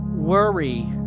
worry